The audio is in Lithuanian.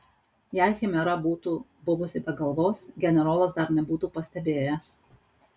jei chimera būtų buvusi be galvos generolas dar nebūtų pastebėjęs